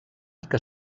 que